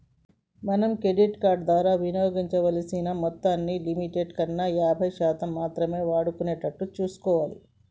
మనం credit card ద్వారా వినియోగించాల్సిన మొత్తాన్ని లిమిట్ కన్నా యాభై శాతం మాత్రమే వాడుకునేటట్లు చూసుకోవాలి